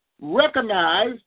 recognize